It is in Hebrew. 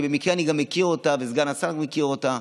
במקרה אני מכיר אותה וסגן השר מכיר אותה,